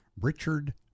Richard